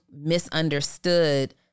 misunderstood